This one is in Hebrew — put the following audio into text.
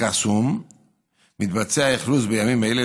אלקסום מתבצע אכלוס בימים אלו,